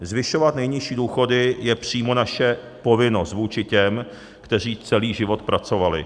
Zvyšovat nejnižší důchody je přímo naše povinnost vůči těm, kteří celý život pracovali.